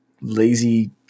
lazy